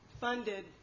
funded